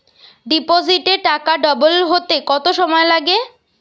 ডিপোজিটে টাকা ডবল হতে কত সময় লাগে?